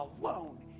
alone